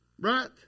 Right